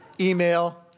Email